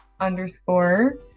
underscore